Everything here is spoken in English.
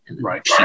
Right